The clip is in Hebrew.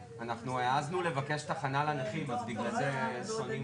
בתור חברת נת"ע אנחנו התחייבנו להביא את הפרוייקט הכי טוב שיכול להיות,